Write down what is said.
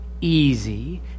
easy